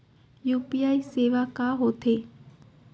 UPI सेवाएं का होथे?